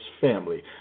family